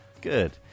Good